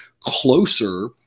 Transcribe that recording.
closer